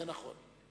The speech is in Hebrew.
זה נכון.